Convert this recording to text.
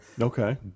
Okay